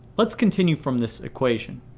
let's continue from this equation.